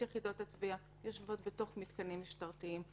יחידות התביעה יושבות בתוך מתקנים משטרתיים.